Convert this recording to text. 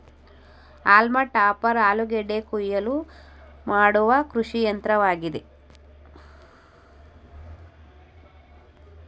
haulm topper ಆಲೂಗೆಡ್ಡೆ ಕುಯಿಲು ಮಾಡುವ ಕೃಷಿಯಂತ್ರವಾಗಿದೆ